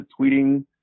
tweeting